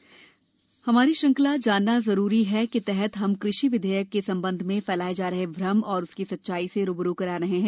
जानना जरूरी है हमारी श्रृंखला जानना जरूरी है के तहत हम कृषि विधेयक के संबंध में फैलाए जा रहे भ्रम और उसकी सच्चाई से रू ब रू करा रहे हैं